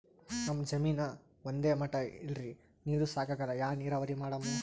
ನಮ್ ಜಮೀನ ಒಂದೇ ಮಟಾ ಇಲ್ರಿ, ನೀರೂ ಸಾಕಾಗಲ್ಲ, ಯಾ ನೀರಾವರಿ ಮಾಡಮು?